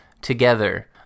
together